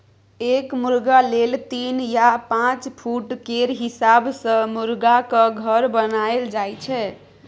एक मुरगा लेल तीन या पाँच फुट केर हिसाब सँ मुरगाक घर बनाएल जाइ छै